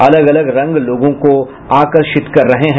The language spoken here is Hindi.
अलग अलग रंग लोगों को आकर्षित कर रहे हैं